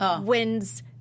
wins